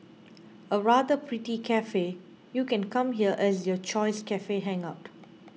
a rather pretty cafe you can come here as your choice cafe hangout